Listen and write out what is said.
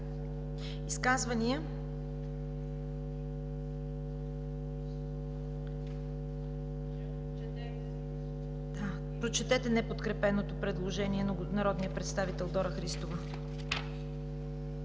Изказвания? Прочетете неподкрепеното предложение на народния представител Дора Христова.